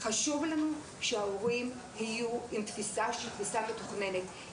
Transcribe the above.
חשוב לנו שההורים יהיו עם תפיסה שהיא תפיסה מתוכננת.